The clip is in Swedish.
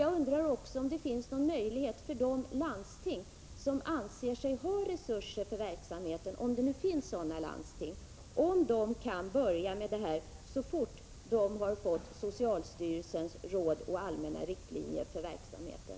Jag undrar vidare om de landsting som anser sig ha resurser för verksamheten — om det nu finns sådana landsting — kan börja med dessa hälsoundersökningar så fort de har fått socialstyrelsens råd och allmänna riktlinjer för verksamheten?